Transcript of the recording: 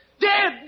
Dead